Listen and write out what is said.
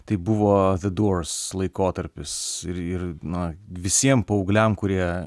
tai buvo the doors laikotarpis ir ir na visiem paaugliam kurie